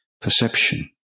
perception